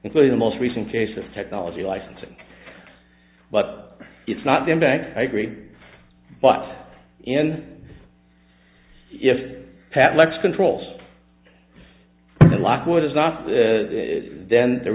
including the most recent case of technology licensing but it's not them back i agree but in if pat lets controls the lockwood is not then there